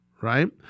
right